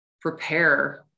prepare